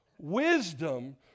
wisdom